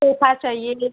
sofa चाहिए